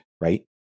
right